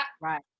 Right